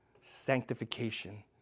sanctification